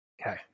Okay